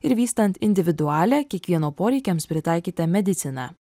ir vystant individualią kiekvieno poreikiams pritaikytą mediciną